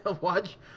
watch